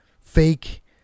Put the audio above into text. fake